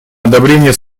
одобрение